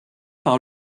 par